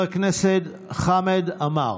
חבר הכנסת חמד עמאר,